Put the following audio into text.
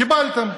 קיבלתם.